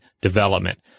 development